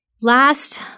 Last